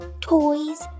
toys